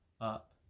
up